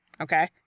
okay